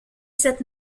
cette